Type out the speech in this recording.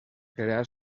crear